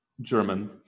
German